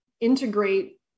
integrate